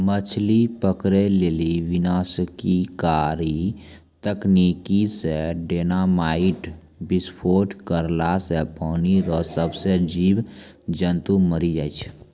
मछली पकड़ै लेली विनाशकारी तकनीकी से डेनामाईट विस्फोट करला से पानी रो सभ्भे जीब जन्तु मरी जाय छै